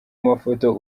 mafoto